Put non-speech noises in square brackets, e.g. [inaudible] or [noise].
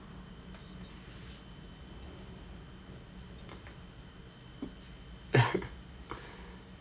[laughs]